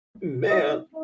man